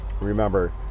Remember